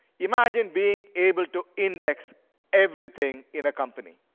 imagine being able to index everything in a company.